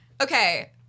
Okay